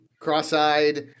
Cross-eyed